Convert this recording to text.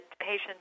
patients